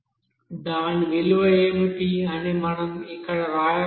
దాని విలువ ఏమిటి అని మనం ఇక్కడ వ్రాయవచ్చు